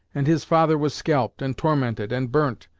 and his father was scalped, and tormented, and burnt,